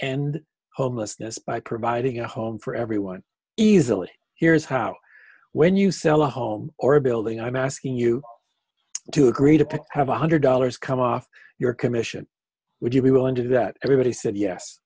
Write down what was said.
end homelessness by providing a home for everyone easily here's how when you sell a home or a building i'm asking you to agree to have one hundred dollars come off your commission would you be willing to do that everybody said yes